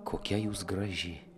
kokia jūs graži